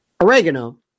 oregano